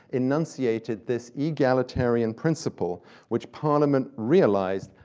enunciated this egalitarian principle which parliament realized,